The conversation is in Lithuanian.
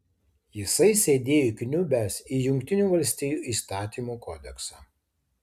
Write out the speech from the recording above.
jisai sėdėjo įkniubęs į jungtinių valstijų įstatymų kodeksą